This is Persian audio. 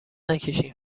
نکشین